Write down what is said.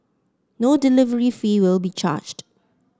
no delivery fee will be charged